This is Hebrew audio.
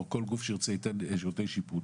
או כל גוף שירצה ייתן שירותי שיפוט,